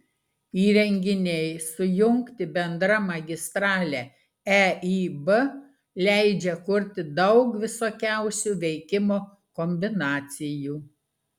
įrenginiai sujungti bendra magistrale eib leidžia kurti daug visokiausių veikimo kombinacijų